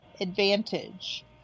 advantage